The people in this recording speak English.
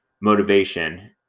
motivation